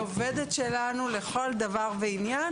היא עובדת שלנו לכל דבר ועניין.